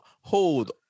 hold